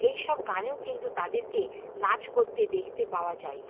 এইসব গানেও কিন্তু তাদেরকে নাচ করতে দেখতে পাওয়া যায়